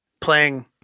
Playing